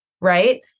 right